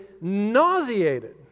nauseated